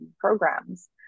programs